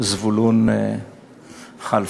זבולון כלפה.